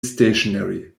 stationary